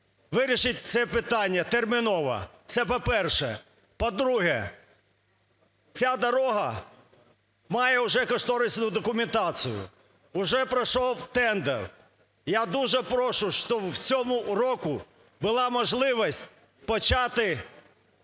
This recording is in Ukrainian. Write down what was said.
вирішіть це питання терміново. Це по-перше. По-друге, ця дорога має вже кошторисну документацію. Вже пройшов тендер. Я дуже прошу, щоб в цьому році була можливість почати